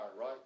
right